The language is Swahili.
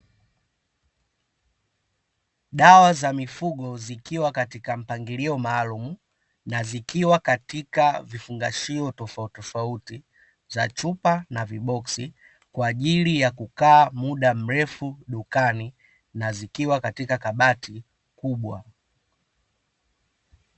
Dawa za mifugo, zikiwa katika mpangilio maalumu, na zikiwa katika vifungashio tofauti tofauti, za chupa na viboksi, kwaajili ya kukaa muda mrefu dukani, na zikiwa katika kabati kubwa.